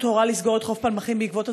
עד עשר דקות לרשות אדוני.